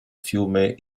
fiume